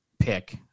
Pick